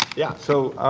yeah. so,